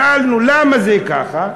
שאלנו, למה זה ככה?